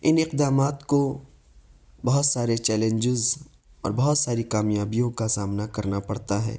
ان اقدامات کو بہت سارے چیلنجز اور بہت ساری کامیابیوں کا سامنا کرنا پڑتا ہے